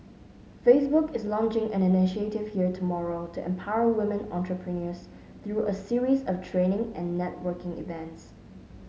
Facebook is launching an initiative here tomorrow to empower women entrepreneurs through a series of training and networking events